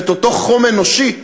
ואותו חום אנושי,